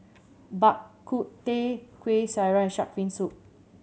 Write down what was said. Bak Kut Teh Kuih Syara and shark fin soup